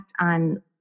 on